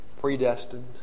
predestined